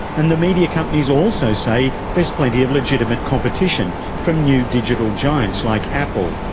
and the media companies also say there's plenty of legitimate competition from new digital giants like apple,